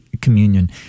Communion